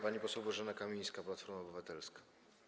Pani poseł Bożena Kamińska, Platforma Obywatelska.